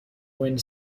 wind